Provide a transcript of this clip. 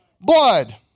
Blood